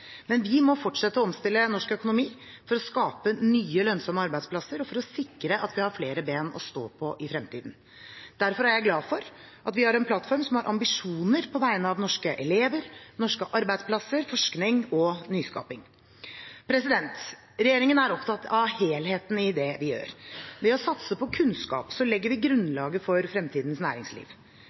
Men vi må fortsette å omstille norsk økonomi for å skape nye, lønnsomme arbeidsplasser og for å sikre at vi har flere ben å stå på i fremtiden. Derfor er jeg glad for at vi har en plattform som har ambisjoner på vegne av norske elever, norske arbeidsplasser, forskning og nyskaping. Regjeringen er opptatt av helheten i det vi gjør. Ved å satse på kunnskap legger vi grunnlaget for fremtidens næringsliv.